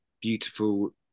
beautiful